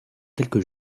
quelques